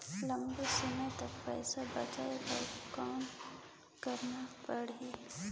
लंबा समय तक पइसा बचाये बर कौन करना पड़ही?